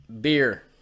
Beer